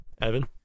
Evan